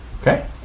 Okay